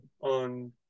on